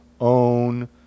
own